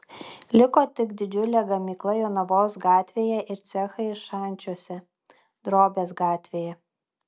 liko tik didžiulė gamykla jonavos gatvėje ir cechai šančiuose drobės gatvėje